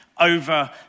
over